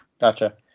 gotcha